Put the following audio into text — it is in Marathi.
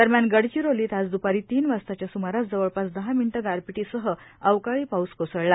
दरम्यान गडचिरोलीत आज दुपारी तीन वाजताच्या सुमारास जवळपास दहा मिनिटे गारपिटीसह अवकाळी पाऊस कोसळला